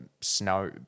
snow